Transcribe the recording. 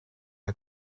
had